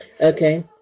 okay